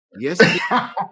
yes